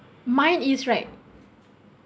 mine is right